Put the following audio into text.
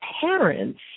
parents